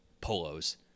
polos